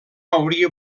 hauria